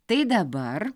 tai dabar